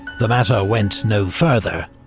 the matter went no further,